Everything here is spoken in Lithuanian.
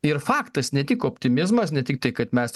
ir faktas ne tik optimizmas ne tiktai kad mes